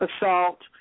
assault